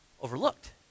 overlooked